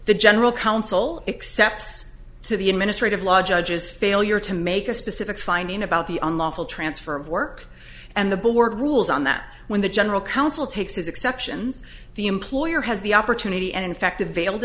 the general counsel excepts to the administrative law judges failure to make a specific finding about the unlawful transfer of work and the board rules on that when the general counsel takes his exceptions the employer has the opportunity and effect